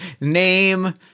name